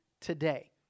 today